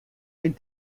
myn